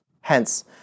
Hence